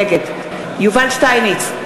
נגד יובל שטייניץ,